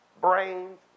brains